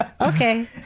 okay